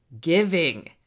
giving